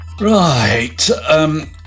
Right